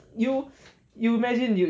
you you imagine you